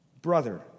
brother